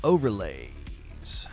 Overlays